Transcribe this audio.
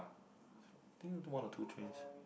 I think one or two trains